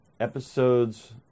Episodes